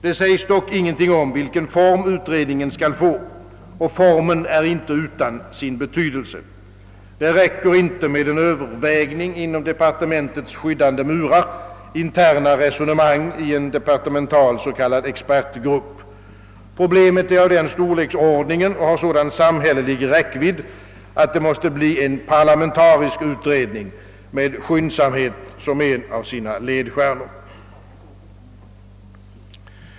Det sägs dock ingenting om vilken form utredningen skall få, och formen är inte utan sin betydelse. Det räcker inte med en övervägning inom departementets skyddande murar, interna resonemang i en departemental s.k. ex pertgrupp. Problemet är av den storleksordningen och har sådan samhällelig räckvidd, att det måste bli en parlamentarisk utredning med skyndsamhet som en av sina ledstjärnor.